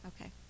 Okay